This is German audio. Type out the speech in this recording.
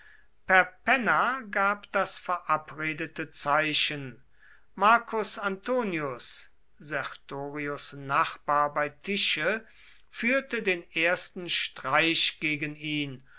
perpenna gab das verabredete zeichen marcus antonius sertorius nachbar bei tische führte den ersten streich gegen ihn